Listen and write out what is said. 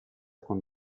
con